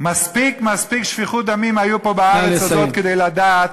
מספיק שפיכות דמים הייתה פה בארץ הזאת כדי לדעת,